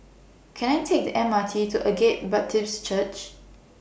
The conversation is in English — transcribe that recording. Can I Take The M R T to Agape Baptist Church